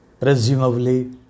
presumably